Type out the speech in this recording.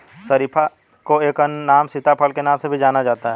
शरीफा को एक अन्य नाम सीताफल के नाम से भी जाना जाता है